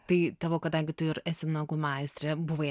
tai tavo kadangi tu ir esi nagų meistrė buvai